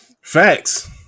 Facts